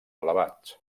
elevats